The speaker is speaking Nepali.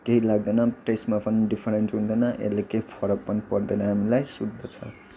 केही लाग्दैन टेस्टमा पनि डिफरेन्ट हुँदैन यसले केही फरक पनि पर्दैन हामीलाई शुद्ध छ